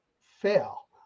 fail